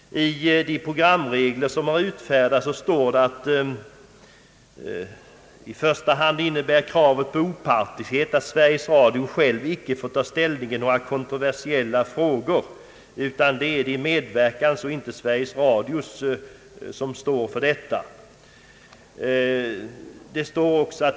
I de programregler som utfärdats står att kravet på opartiskhet i första hand innebär att Sveriges Radio självt icke får ta ställning i kontroversiella frågor. Det är alltså de medverkande i vederbörande program och inte Sveriges Radio som står för ställningstagandena.